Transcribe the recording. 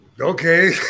Okay